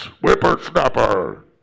Whippersnapper